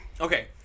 Okay